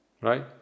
right